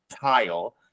tile